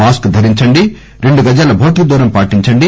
mask ధరించండి రెండు గజాల భౌతిక దూరం పాటించండి